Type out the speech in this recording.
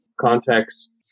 Context